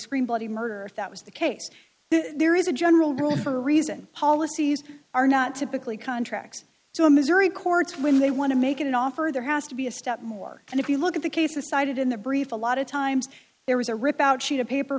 scream bloody murder if that was the case there is a general rule for reason policies are not typically contracts so in missouri courts when they want to make an offer there has to be a step more and if you look at the cases cited in the brief a lot of times there was a rip out sheet of paper